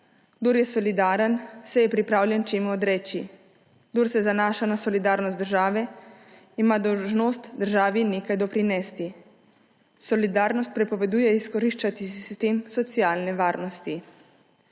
Kdor je solidaren, se je pripravljen čemu odreči, kdor se zanaša na solidarnost države, ima dolžnost državi nekaj doprinesti. Solidarnost prepoveduje izkoriščati sistem socialne varnosti.